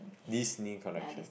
Disney collection